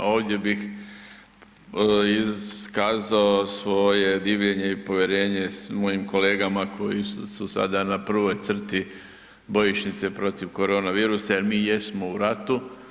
Ovdje bih iskazao svoje divljenje i povjerenje mojim kolegama koji su sada na prvoj crti bojišnice protiv koronavirusa jer mi jesmo u ratu.